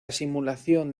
simulación